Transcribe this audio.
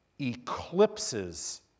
eclipses